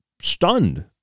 stunned